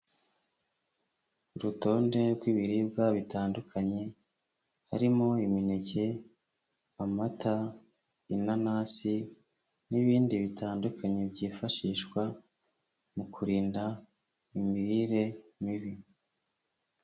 Urutonde rw'ibiribwa bitandukanye harimo imineke, amata, inanasi n'ibindi bitandukanye byifashishwa mu kurinda imirire mibi.